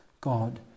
God